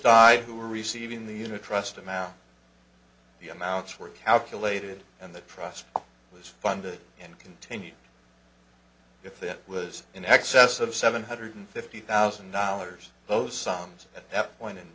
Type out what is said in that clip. died who were receiving the unit trust amount the amounts were calculated and the trust was funded and continued if it was in excess of seven hundred fifty thousand dollars those sums at that point in